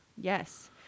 Yes